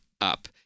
up